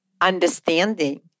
understanding